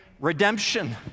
redemption